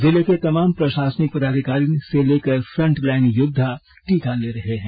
जिले के तमाम प्रशासनिक पदाधिकारी से लेकर फ्रंटलाइनर योद्वा टीका ले रहे हैं